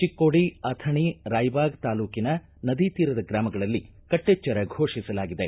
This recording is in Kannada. ಚಿಕ್ಕೋಡಿ ಅಥಣಿ ರಾಯಬಾಗ ತಾಲೂಕಿನ ನದಿ ತೀರದ ಗ್ರಮಗಳಲ್ಲಿ ಕಟ್ಟಿಚ್ಚರ ಫೋಷಿಸಲಾಗಿದೆ